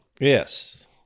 Yes